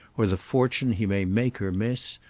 or the fortune he may make or miss,